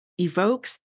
evokes